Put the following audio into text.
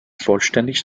vollständig